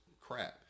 crap